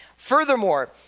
Furthermore